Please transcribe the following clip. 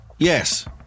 Yes